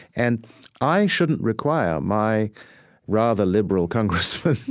and i shouldn't require my rather liberal congressman